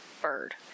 bird